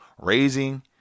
Raising